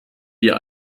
dir